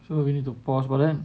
so you need to pause but then